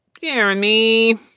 Jeremy